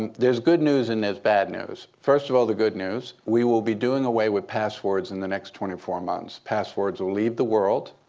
and there's good news, and there's bad news. first of all, the good news, we will be doing away with passwords in the next twenty four months. passwords will leave the world.